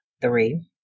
three